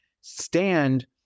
stand